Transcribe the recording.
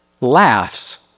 laughs